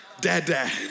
dad-dad